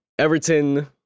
Everton